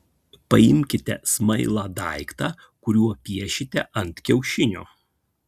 paimkite smailą daiktą kuriuo piešite ant kiaušinio